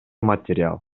материал